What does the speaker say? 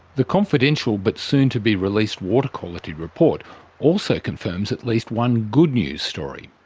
the confidential but soon to be released water quality report also confirms at least one good news story,